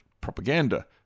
propaganda